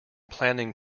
planning